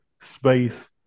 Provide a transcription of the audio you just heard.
space